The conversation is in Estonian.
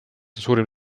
suurim